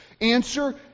Answer